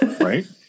right